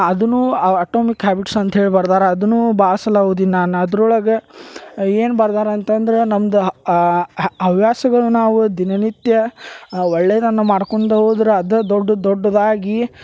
ಅದು atomic habits ಅಂತ ಹೇಳಿ ಬರ್ದಾರೆ ಅದು ಭಾಳ ಸಲ ಓದಿದ್ದೀನಿ ನಾನು ಅದ್ರೊಳಗೆ ಏನು ಬರ್ದಾರ ಅಂತಂದ್ರೆ ನಮ್ದು ಹ ಹವ್ಯಾಸಗಳು ನಾವು ದಿನನಿತ್ಯ ಒಳ್ಳೆಯದನ್ನ ಮಾಡ್ಕೊಂದ ಹೋದ್ರೆ ಅದು ದೊಡ್ಡ ದೊಡ್ಡದಾಗಿ